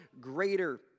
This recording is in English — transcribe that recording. greater